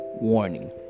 Warning